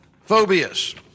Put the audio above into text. phobias